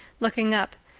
looking up.